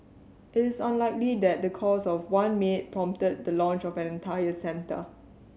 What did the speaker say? it is unlikely that the cause of one maid prompted that the launch of an entire centre